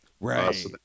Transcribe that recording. Right